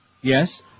Yes